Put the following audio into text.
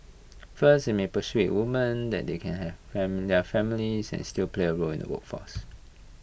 first IT may persuade women that they can have familiar families and still play A role in the workforce